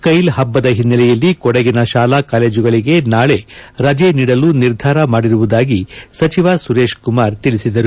ಕೈಲ್ ಪಬ್ಲದ ಹಿನ್ನೆಲೆಯಲ್ಲಿ ಕೊಡಗಿನ ಶಾಲೆ ಕಾಲೇಜುಗಳಿಗೆ ನಾಳೆ ರಜೆ ನೀಡಲು ನಿರ್ಧಾರ ಮಾಡಿರುವುದಾಗಿ ಸುರೇಶ್ ಕುಮಾರ್ ತಿಳಿಸಿದರು